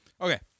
Okay